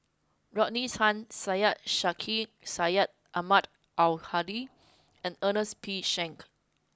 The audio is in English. Rodney Tan Syed Sheikh Syed Ahmad Al Hadi and Ernest P Shanks